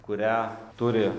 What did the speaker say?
kurią turi